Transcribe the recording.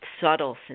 subtle